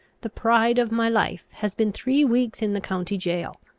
the pride of my life, has been three weeks in the county jail.